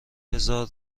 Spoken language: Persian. هزار